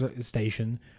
station